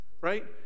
right